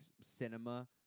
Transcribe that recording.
cinema